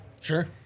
Sure